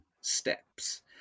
steps